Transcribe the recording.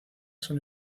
son